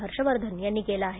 हर्षवर्धन यांनी केलं आहे